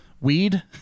weed